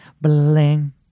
Bling